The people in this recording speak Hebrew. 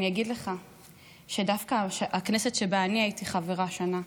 אני אגיד לך שדווקא הכנסת שבה אני הייתי חברה שנה,